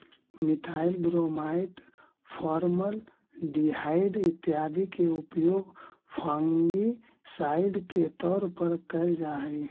methyl bromide, formaldehyde इत्यादि के उपयोग फंगिसाइड के तौर पर कैल जा हई